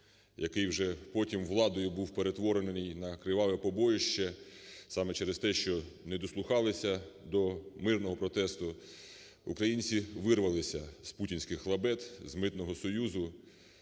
який вже потім владою був перетворений на криваве побоїще саме через те, що не дослухалися до мирного протесту, українці вирвалися з путінських лабет, з Митного союзу.